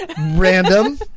random